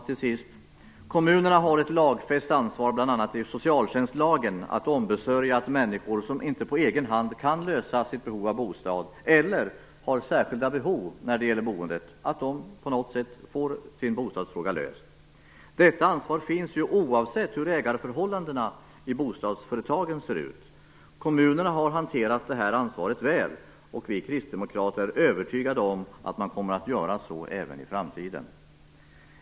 Till sist: Kommunerna har ett lagfäst ansvar, bl.a. i socialtjänstlagen, att ombesörja att människor som inte på egen hand kan lösa sitt behov av bostad eller har särskilda behov när det gäller boendet får sitt bostadsproblem löst på något sätt. Detta ansvar finns oavsett hur ägarförhållandena i bostadsföretagen ser ut. Kommunerna har hanterat detta ansvar väl, och vi kristdemokrater är övertygade om att de kommer att göra det även i framtiden.